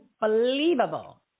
Unbelievable